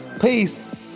Peace